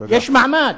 יש מעמד,